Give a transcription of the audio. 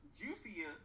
juicier